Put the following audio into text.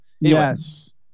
Yes